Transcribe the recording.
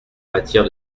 matière